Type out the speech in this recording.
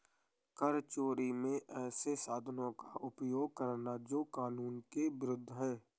कर चोरी में ऐसे साधनों का उपयोग करना जो कानून के विरूद्ध है